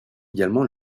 également